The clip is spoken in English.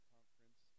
Conference